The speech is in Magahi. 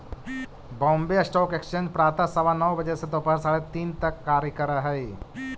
बॉम्बे स्टॉक एक्सचेंज प्रातः सवा नौ बजे से दोपहर साढ़े तीन तक कार्य करऽ हइ